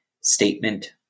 statement